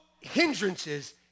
hindrances